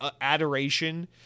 adoration